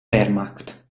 wehrmacht